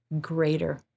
greater